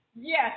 yes